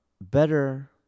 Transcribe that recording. better